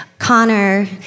Connor